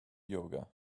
yoga